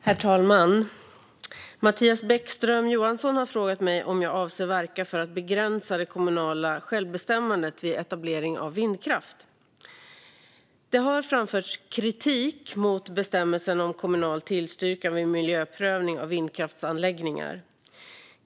Herr ålderspresident! Mattias Bäckström Johansson har frågat mig om jag avser att verka för att begränsa det kommunala självbestämmandet vid etablering av vindkraft. Det har framförts kritik mot bestämmelsen om kommunal tillstyrkan vid miljöprövning av vindkraftsanläggningar.